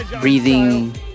breathing